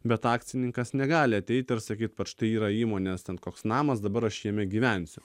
bet akcininkas negali ateiti ir sakyt kad štai yra įmonės ten koks namas dabar aš jame gyvensiu